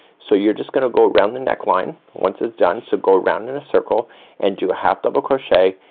so you're just gonna go around the neckline, once it's done, so go around in a circle and do a half double crochet,